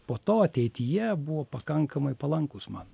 po to ateityje buvo pakankamai palankūs man